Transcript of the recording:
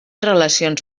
relacions